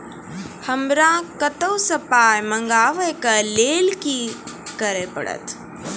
हमरा कतौ सअ पाय मंगावै कऽ लेल की करे पड़त?